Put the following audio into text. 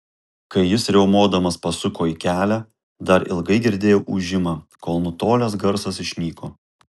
kai jis riaumodamas pasuko į kelią dar ilgai girdėjau ūžimą kol nutolęs garsas išnyko